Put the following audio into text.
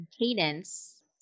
Cadence